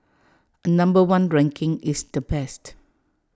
A number one ranking is the best